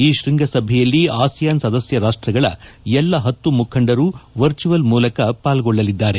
ಈ ಶ್ಬಂಗಸಭೆಯಲ್ಲಿ ಆಸಿಯಾನ್ ಸದಸ್ಯ ರಾಷ್ಟಗಳ ಎಲ್ಲ ಹತ್ತು ಮುಖಂಡರು ವರ್ಚುವಲ್ ಮೂಲಕ ಪಾಲ್ಗೊಳ್ಳಲಿದ್ದಾರೆ